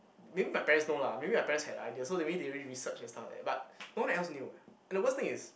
maybe my parents know lah maybe my parents had a idea so maybe they already research and stuff like that but no one else knew eh and the worst thing is